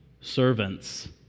Servants